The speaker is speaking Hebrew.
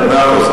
בסדר, מאה אחוז.